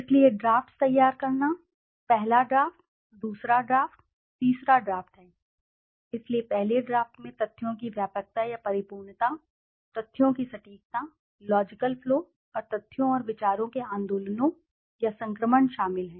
इसलिए ड्राफ्ट्स तैयार करना पहला ड्राफ्ट दूसरा ड्राफ्ट तीसरा ड्राफ्ट है इसलिए पहले ड्राफ्ट में तथ्यों की व्यापकता या परिपूर्णता तथ्यों की सटीकता लॉजिकल फ्लो और तथ्यों और विचारों के आंदोलनों या संक्रमण शामिल हैं